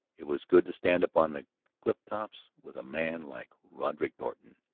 it was good to stand upon the cliff tops with a man like roderick norton,